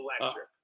Electric